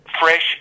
fresh